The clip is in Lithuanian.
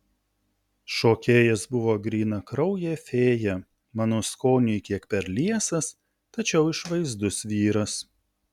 šokėjas buvo grynakraujė fėja mano skoniui kiek per liesas tačiau išvaizdus vyras